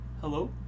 Hello